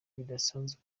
bidasanzwe